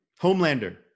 Homelander